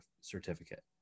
certificate